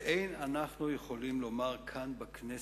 ואין אנחנו יכולים לומר כאן בכנסת,